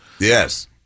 Yes